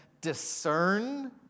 discern